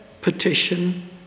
petition